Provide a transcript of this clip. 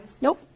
Nope